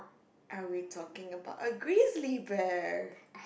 are we talking about a grizzly bear